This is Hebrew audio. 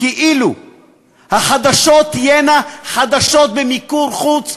כאילו החדשות תהיינה חדשות במיקור-חוץ,